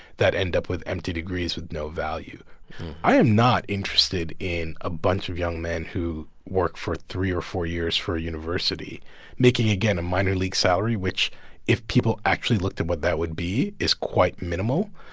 that end up with empty degrees with no value i am not interested in a bunch of young men who work for three or four years for a university making, again, a minor league salary, which if people actually looked at what that would be, is quite minimal.